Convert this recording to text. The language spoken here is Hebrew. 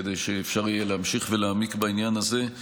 כדי שאפשר יהיה להמשיך ולהעמיק בעניין הזה.